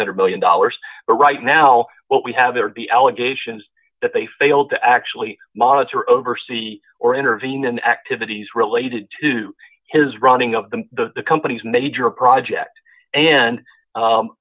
hundred million dollars right now what we have there be allegations that they failed to actually monitor oversee or intervene in activities related to his running of the company's major project and